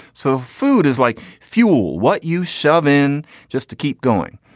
so food is like fuel what you shove in just to keep going.